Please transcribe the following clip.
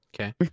Okay